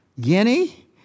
Guinea